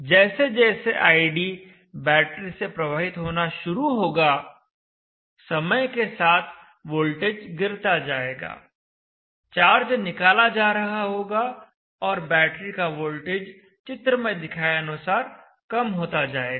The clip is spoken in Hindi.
जैसे जैसे id बैटरी से प्रवाहित होना शुरू होगा समय के साथ वोल्टेज गिरता जाएगा चार्ज निकाला जा रहा होगा और बैटरी का वोल्टेज चित्र में दिखाए अनुसार कम होता जाएगा